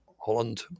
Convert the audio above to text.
Holland